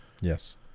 Yes